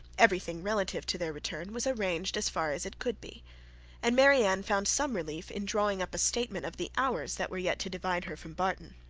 every thing relative to their return was arranged as far as it could be and marianne found some relief in drawing up a statement of the hours that were yet to divide her from barton.